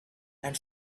and